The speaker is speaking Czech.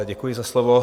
Děkuji za slovo.